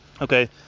Okay